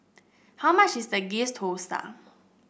how much is the Ghee Thosai